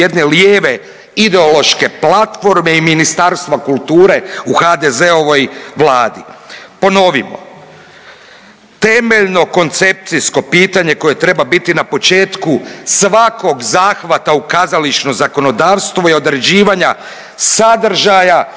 jedne lijeve ideološke platforme i Ministarstvo kulture u HDZ-ovoj vladi. Ponovimo, temeljno koncepcijsko pitanje koje treba biti na početku svakog zahvata u kazališno zakonodavstvo i određivanja sadržaja